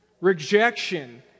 Rejection